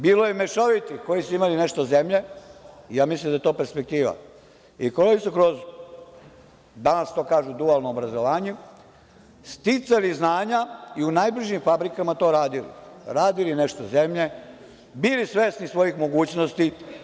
Bilo je mešovitih koji su imali nešto zemlje i ja mislim da je to perspektiva i koji su kroz danas to kažu dualno obrazovanje sticali znanja i u najbližim fabrikama to radili, radili nešto zemlje, bili svesni svojih mogućnosti.